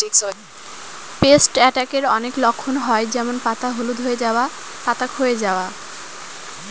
paste অ্যাটাকের অনেক লক্ষণ হয় যেমন পাতা হলুদ হয়ে যাওয়া, পাতা ক্ষয়ে যাওয়া